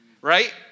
right